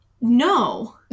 no